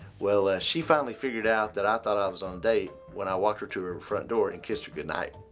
well she finally figured out that i thought i was on date when i walked her to her front door and kissed her goodnight.